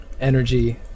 energy